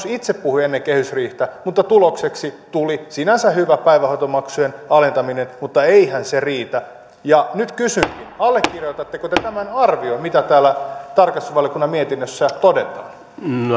itse puhui ennen kehysriihtä mutta tulokseksi tuli sinänsä hyvä päivähoitomaksujen alentaminen mutta eihän se riitä nyt kysynkin allekirjoitatteko te tämän arvion mitä täällä tarkastusvaliokunnan mietinnössä todetaan